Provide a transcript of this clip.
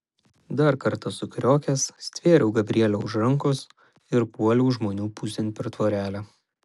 dar kartą sukriokęs stvėriau gabrielę už rankos ir puoliau žmonių pusėn per tvorelę